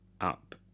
up